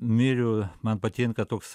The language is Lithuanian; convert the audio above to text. myliu man patinka toks